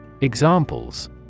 Examples